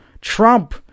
Trump